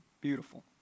beautiful